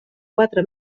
quatre